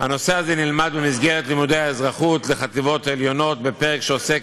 נלמד במסגרת לימודי האזרחות לחטיבות עליונות בפרק שעוסק